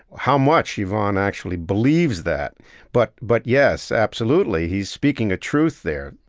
how much ivan actually believes that but, but yes. absolutely. he is speaking a truth there.